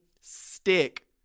stick